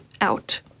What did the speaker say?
out